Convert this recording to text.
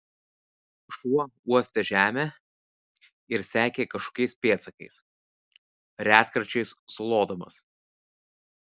šuo uostė žemę ir sekė kažkokiais pėdsakais retkarčiais sulodamas